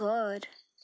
घर